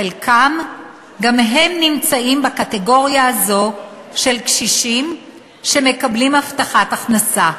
חלקם גם נמצאים בקטגוריה הזאת של קשישים שמקבלים הבטחת הכנסה.